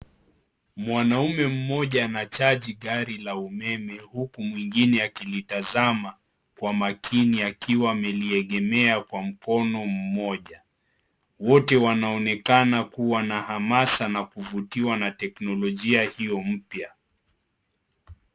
Mwanaume mmoja anachaji gari la umeme huku mwingine akilitazama kwa maakini akiwa ameliegemea kwa mkono mmoja. Wote wanaonekana kuwa na hamasa na kuvutiwa na teknologia hiyo mpya.